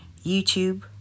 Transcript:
YouTube